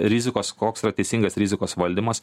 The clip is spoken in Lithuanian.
rizikos koks yra teisingas rizikos valdymas